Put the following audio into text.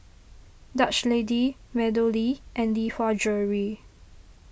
Dutch Lady MeadowLea and Lee Hwa Jewellery